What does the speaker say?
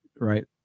right